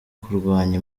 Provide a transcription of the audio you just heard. kurwanya